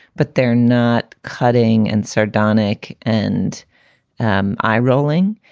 but they're not cutting and sardonic and and eye rolling.